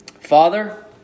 Father